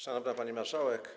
Szanowna Pani Marszałek!